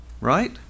right